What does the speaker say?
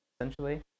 essentially